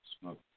smoke